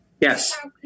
Yes